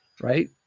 Right